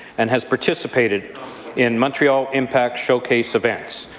and has participated in montreal impact showcase events.